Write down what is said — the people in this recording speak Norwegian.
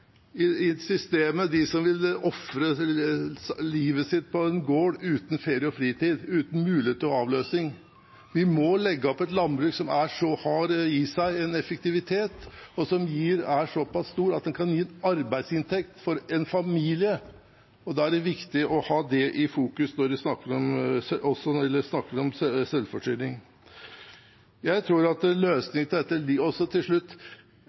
lenger i systemet, de som vil ofre livet sitt på en gård uten ferie og fritid, uten mulighet til avløsing. Vi må legge opp til et landbruk som har i seg effektivitet, og som er såpass stort at det gir arbeidsinntekt for en familie. Det er viktig å ha det i fokus også når man snakker om selvforsyning. Til slutt: Hvis man snakker om krise og matproduksjon, kan man ikke se bort fra at